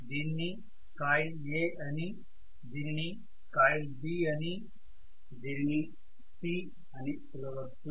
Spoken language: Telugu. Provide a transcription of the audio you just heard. దీనిని కాయిల్ A అని దీనిని కాయిల్ B అని మరియు దీనిని C అని పిలవచ్చు